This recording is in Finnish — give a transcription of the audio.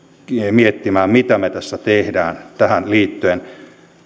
miettimään mitä me tässä teemme tähän liittyen